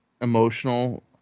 emotional